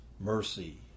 mercy